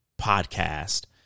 podcast